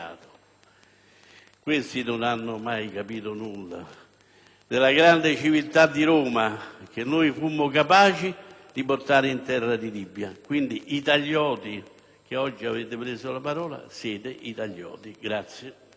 Questi non hanno mai capito nulla della grande civiltà di Roma che noi fummo capaci di portare in terra di Libia. Quindi, italioti che oggi avete preso la parola, siete italioti.